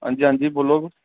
आं जी आं जी बोल्लो तुस